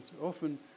often